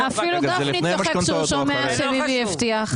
אפילו גפני צוחק שהוא שומע שביבי הבטיח.